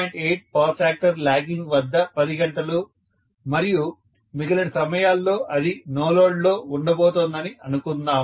8 power factor lagging వద్ద 10 గంటలు మరియు మిగిలిన సమయాల్లో అది నో లోడ్ లో ఉండబోతోందని అనుకుందాము